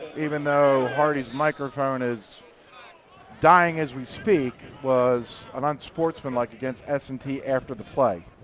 even though hardy's microphone is dying as we speak, was an unsportsmanlike against s and t after the play.